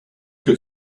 got